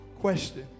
question